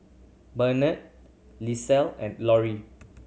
Bernetta Lisette and Lorie